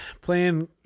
playing